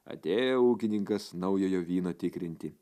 atėjo ūkininkas naujojo vyno tikrinti